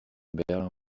berlin